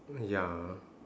ya